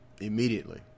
Immediately